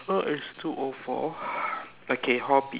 now is two O four okay hobby